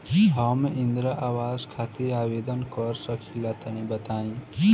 हम इंद्रा आवास खातिर आवेदन कर सकिला तनि बताई?